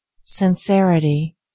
Sincerity